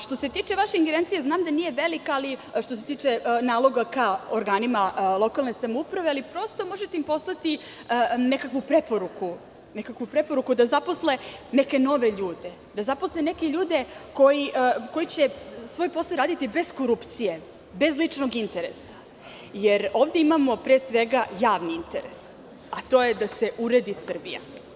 Što se tiče vaše ingerencije, znam da nije velika što se tiče naloga ka organima lokalne samouprave, ali prosto im možete poslati nekakvu preporuku da zaposle neke nove ljude, da zaposle neke ljude koji će svoj posao raditi bez korupcije, bez ličnog interesa, jer ovde imamo pre svega javni interes, a to je da se uredi Srbija.